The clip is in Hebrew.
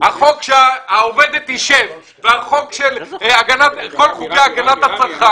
החוק שהעובדת תשב וכל חוקי הגנת הצרכן